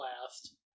last